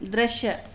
ದೃಶ್ಯ